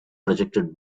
projected